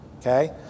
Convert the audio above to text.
Okay